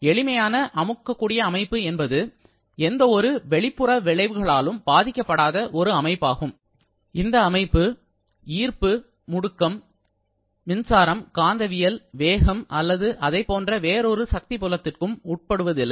எளிமையான அமுக்கக்கூடிய அமைப்பு என்பது எந்தவொரு வெளிப்புற விளைவுகளாலும் பாதிக்கப்படாத ஒரு அமைப்பாகும் இது அமைப்பு ஈர்ப்பு முடுக்கம் மின்சாரம் காந்தவியல் வேகம் அல்லது அதைப்போன்ற வேறொரு சக்தி புலத்திற்கும் உட்படுத்தப்படுவதில்லை